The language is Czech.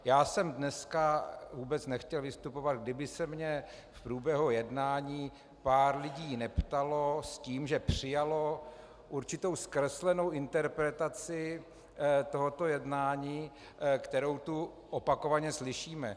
Já jsem dneska vůbec nechtěl vystupovat, kdyby se mě v průběhu jednání pár lidí neptalo s tím, že přijalo určitou zkreslenou interpretaci tohoto jednání, kterou tu opakovaně slyšíme.